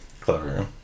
clever